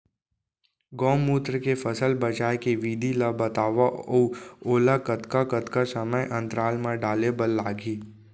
गौमूत्र ले फसल बचाए के विधि ला बतावव अऊ ओला कतका कतका समय अंतराल मा डाले बर लागही?